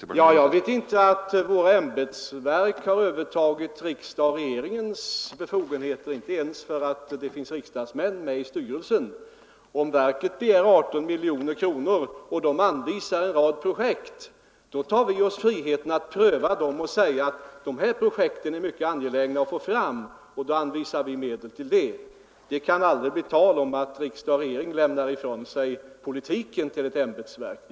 Herr talman! Jag vet inte att våra ämbetsverk har övertagit riksdagens och regeringens befogenheter — inte ens därför att det finns riksdagsmän med i styrelsen. Om verket begär 18 miljoner och anvisar en rad projekt, då tar vi oss friheten att pröva dem och säga att de och de projekten är mycket angelägna, och så anvisar vi medel till dem. Det kan aldrig bli tal om att riksdag och regering lämnar ifrån sig den politiska bedömningen till ämbetsverken.